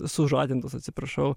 sužadintos atsiprašau